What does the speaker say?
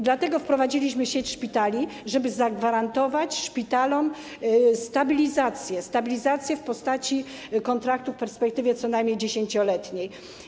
Dlatego wprowadziliśmy sieć szpitali, żeby zagwarantować szpitalom stabilizację w postaci kontraktu w perspektywie co najmniej 10-letniej.